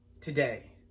today